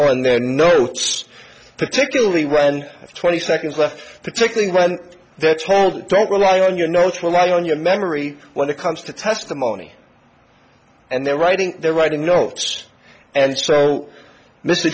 on their notes particularly when it's twenty seconds left particularly when they're told don't rely on your notes rely on your memory when it comes to testimony and they're writing they're writing notes and so mr